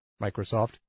Microsoft